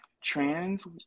trans